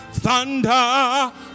Thunder